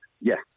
Yes